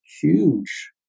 huge